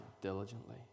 diligently